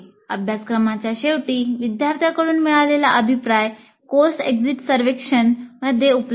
अभ्यासक्रमाच्या शेवटी विद्यार्थ्यांकडून मिळालेला अभिप्राय कोर्स एक्झिट सर्वेक्षण उपलब्ध आहे